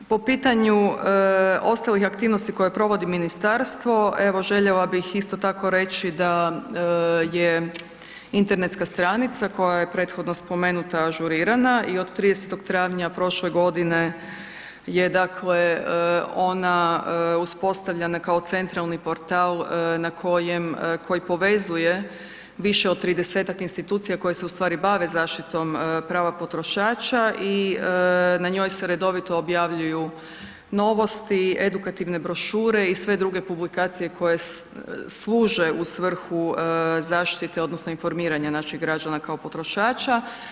Po pitanju ostalih aktivnosti koje provodi ministarstvo, evo željela bih isto tako, reći da je internetska stranica koja je prethodno spomenuta, ažurirana i od 30. travnja prošle godine je dakle, ona uspostavljena kao centralni portal koji povezuje više od 30-tak institucija koje se ustvari bave zaštitom prava potrošača i na njoj se redovito objavljuju novosti, edukativne brošure i sve druge publikacije koje služe u svrhu zaštite odnosno informiranja naših građana kao potrošača.